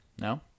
No